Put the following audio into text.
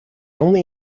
only